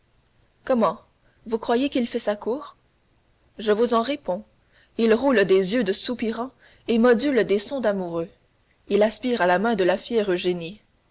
comment vous croyez qu'il fait sa cour je vous en réponds il roule des yeux de soupirant et module des sons d'amoureux il aspire à la main de la fière